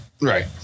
Right